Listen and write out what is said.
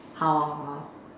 how how how